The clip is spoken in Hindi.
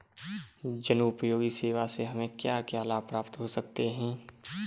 जनोपयोगी सेवा से हमें क्या क्या लाभ प्राप्त हो सकते हैं?